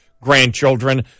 grandchildren